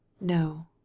No